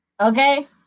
okay